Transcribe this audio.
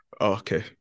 okay